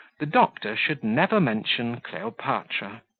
the doctor should never mention cleopatra,